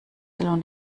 und